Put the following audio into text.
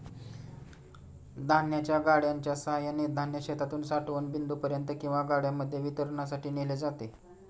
धान्याच्या गाड्यांच्या सहाय्याने धान्य शेतातून साठवण बिंदूपर्यंत किंवा गाड्यांमध्ये वितरणासाठी नेले जाते